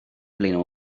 blino